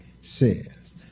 says